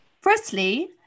firstly